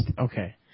okay